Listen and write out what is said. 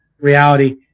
reality